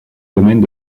domaines